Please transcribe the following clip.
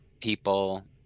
people